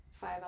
five